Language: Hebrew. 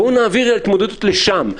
בואו נעביר את ההתמודדות לשם.